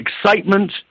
excitement